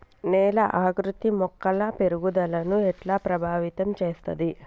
నేల ఆకృతి మొక్కల పెరుగుదలను ఎట్లా ప్రభావితం చేస్తది?